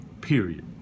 period